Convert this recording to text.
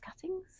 cuttings